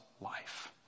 life